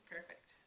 Perfect